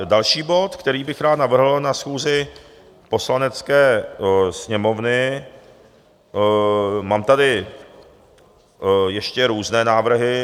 Další bod, který bych rád navrhl na schůzi Poslanecké sněmovny... mám tady ještě různé návrhy.